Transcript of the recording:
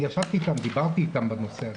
אני ישבתי אתם ודיברתי אתם בנושא הזה.